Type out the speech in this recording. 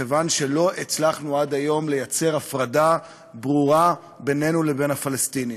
מכיוון שלא הצלחנו עד היום ליצור הפרדה ברורה בינינו לבין הפלסטינים.